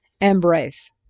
embrace